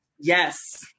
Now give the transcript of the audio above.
Yes